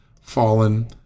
fallen